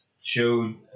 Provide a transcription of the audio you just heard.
showed